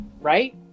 Right